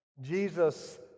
Jesus